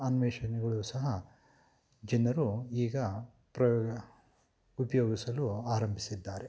ಅನ್ವೇಷಣೆಗಳು ಸಹ ಜನರು ಈಗ ಪ್ರಯೋಗ ಉಪಯೋಗಿಸಲು ಆರಂಭಿಸಿದ್ದಾರೆ